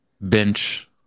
bench